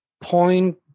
point